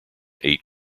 ate